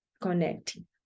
connecting